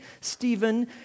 Stephen